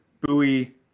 buoy